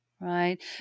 right